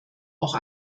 auch